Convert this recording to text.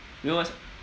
you know what's